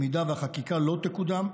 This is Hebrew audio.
אם החקיקה לא תקודם,